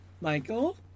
Michael